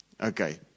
Okay